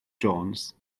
jones